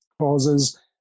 causes